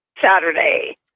Saturday